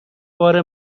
بار